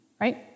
right